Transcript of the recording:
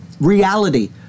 reality